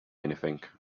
anything